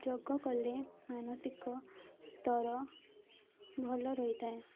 ଯୋଗ କଲେ ମାନସିକ ସ୍ତର ଭଲ ରହିଥାଏ